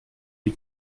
die